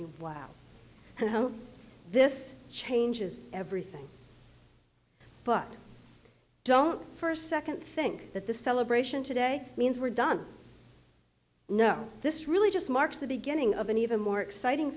wow this changes everything but i don't first second think that the celebration today means we're done no this really just marks the beginning of an even more exciting